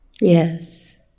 Yes